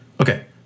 Okay